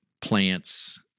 plants –